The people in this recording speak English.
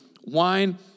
wine